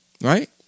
Right